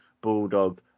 Bulldog